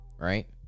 Right